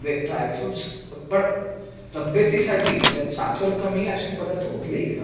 वे dry fruits पण तब्येतीसाठी ज्यात साखर कमी असे पदार्थ कुठलेही खा तू